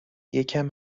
یکم